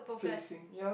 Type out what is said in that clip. facing ya